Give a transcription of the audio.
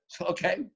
Okay